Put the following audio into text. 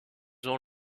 ont